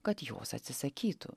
kad jos atsisakytų